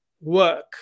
work